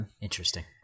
Interesting